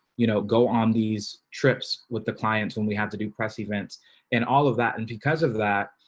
you know, go on these trips with the clients when we have to do press events and all of that. and because of that,